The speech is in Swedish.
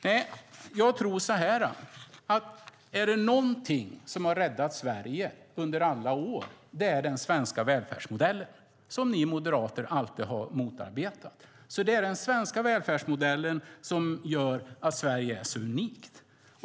Nej, jag tror så här: Är det någonting som har räddat Sverige under alla år är det den svenska välfärdsmodellen - som ni moderater alltid har motarbetat. Det är den svenska välfärdsmodellen som gör att Sverige är så unikt.